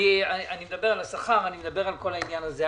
אני מדבר על כל העניין הזה.